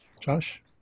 Josh